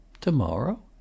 Tomorrow